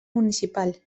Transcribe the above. municipal